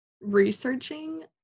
researching